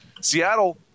Seattle